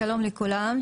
שלום לכולם,